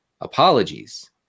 apologies